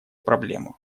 проблему